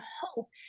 hope